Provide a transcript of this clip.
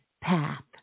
path